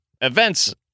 events